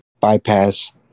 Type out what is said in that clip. bypass